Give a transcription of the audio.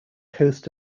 coast